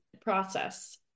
process